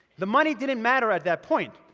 the money didn't matter at that point.